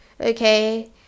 okay